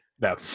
No